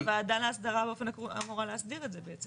אז הוועדה להסדרה אמורה להסדיר את זה בעצם.